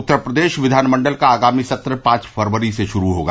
उत्तर प्रदेश विधानमंडल का आगामी सत्र पांच फरवरी से शुरू होगा